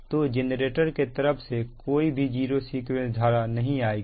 तो जेनरेटर के तरफ से कोई भी जीरो सीक्वेंस धारा नहीं आएगी